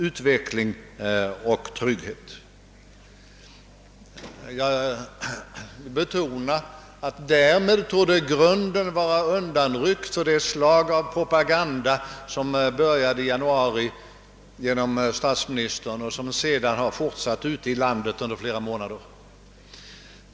Jag betonar att grunden därmed torde vara undanryckt för det slag av propaganda som började i januari genom statsministern och som sedan har fortsatt ute i landet under flera månader.